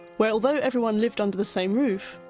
where although everyone lived under the same roof,